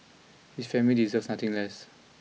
his family deserves nothing less